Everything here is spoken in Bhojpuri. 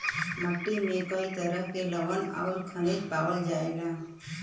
मट्टी में कई तरह के लवण आउर खनिज पावल जाला